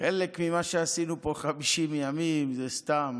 חלק ממה שעשינו פה 50 ימים זה סתם.